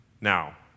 now